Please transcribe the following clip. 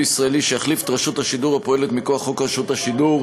ישראלי שיחליף את רשות השידור הפועלת מכוח חוק רשות השידור,